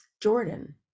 Jordan